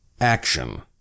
Action